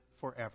forever